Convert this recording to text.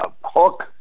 hook